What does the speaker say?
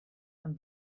and